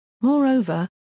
Moreover